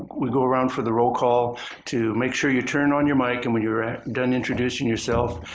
we go around for the roll call to make sure you turn on your mic and when you're done introducing yourself,